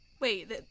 Wait